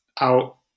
out